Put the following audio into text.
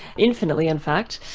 infinitely in fact.